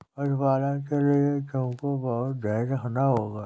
पशुपालन के लिए तुमको बहुत धैर्य रखना होगा